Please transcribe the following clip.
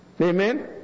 Amen